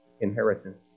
inheritance